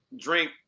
drink